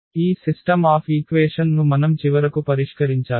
ఈ system of equation ను మనం చివరకు పరిష్కరించాలి